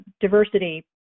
diversity